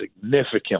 significantly